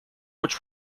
which